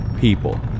people